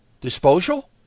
Disposal